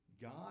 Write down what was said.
God